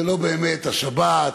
זה לא באמת השבת,